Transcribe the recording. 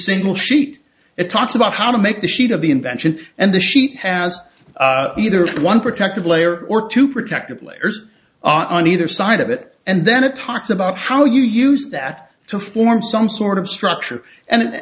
single sheet it talks about how to make the sheet of the invention and the sheet has either one protective layer or two protective layers on either side of it and then it talks about how you use that to form some sort of structure and